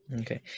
Okay